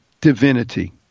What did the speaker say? divinity